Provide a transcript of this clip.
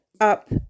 up